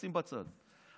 שים בצד.